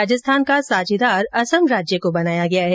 राजस्थान का साझेदार असम राज्य को बनाया गया है